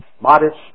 modest